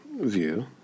view